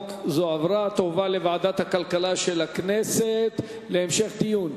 הצעת חוק זו עברה והיא תועבר לוועדת הכלכלה של הכנסת להמשך דיון.